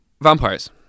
vampires